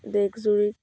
দেশজুৰি